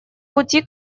пути